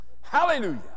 Hallelujah